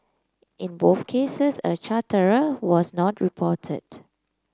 in both cases a charterer was not reported